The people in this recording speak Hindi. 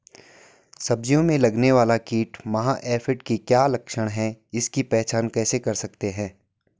सब्जियों में लगने वाला कीट माह एफिड के क्या लक्षण हैं इसकी पहचान कैसे कर सकते हैं?